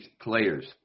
players